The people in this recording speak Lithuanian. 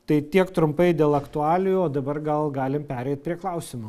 tai tiek trumpai dėl aktualijų o dabar gal galim pereit prie klausimų